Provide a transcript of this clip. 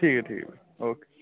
ठीक ऐ ठीक ऐ ओके